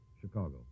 Chicago